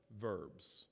verbs